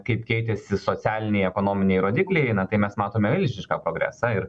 kaip keitėsi socialiniai ekonominiai rodikliai eina tai mes matome milžinišką progresą ir